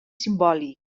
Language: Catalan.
simbòlic